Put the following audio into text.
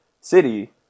city